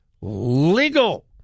legal